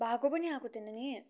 भएको पनि आएको थिएन नि